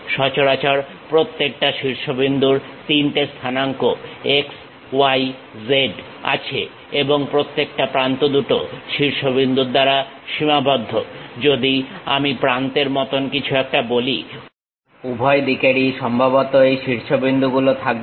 সচরাচর প্রত্যেকটা শীর্ষবিন্দুর 3 টে স্থানাঙ্ক x y z আছে এবং প্রত্যেকটা প্রান্ত দুটো শীর্ষবিন্দুর দ্বারা সীমাবদ্ধ যদি আমি প্রান্তের মতন কিছু একটা বলি উভয় দিকেরই সম্ভবত এই শীর্ষবিন্দুগুলো থাকবে